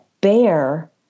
Bear